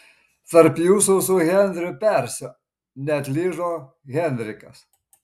tarp jūsų su henriu persiu neatlyžo henrikas